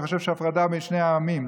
והוא חושב שהפרדה בין שני העמים,